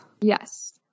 Yes